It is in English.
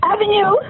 Avenue